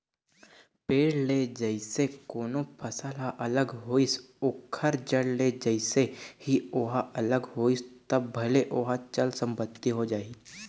पेड़ ले जइसे कोनो फसल ह अलग होइस ओखर जड़ ले जइसे ही ओहा अलग होइस तब भले ओहा चल संपत्ति हो जाही